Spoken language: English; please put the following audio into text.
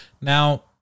Now